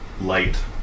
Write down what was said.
light